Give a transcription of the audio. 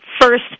First